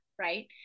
right